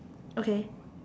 okay